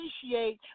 appreciate